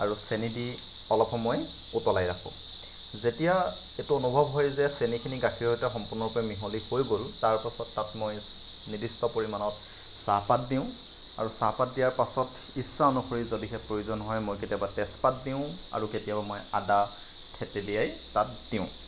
আৰু চেনী দি অলপ সময় উতলাই ৰাখোঁ যেতিয়া এইটো অনুভৱ হয় যে চেনীখিনি গাখীৰৰ সৈতে সম্পূৰ্ণৰূপে মিহলি হৈ গ'ল তাৰ পাছত তাত মই নিৰ্দিষ্ট পৰিমাণত চাহপাত দিওঁ আৰু চাহপাত দিয়াৰ পাছত ইচ্ছা অনুসৰি যদিহে প্ৰয়োজন হয় মই কেতিয়াবা তেজপাত দিওঁ আৰু কেতিয়াবা মই আদা থেতেলিয়াই তাত দিওঁ